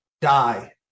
die